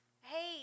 hey